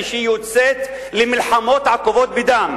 כשהיא יוצאת למלחמות עקובות מדם,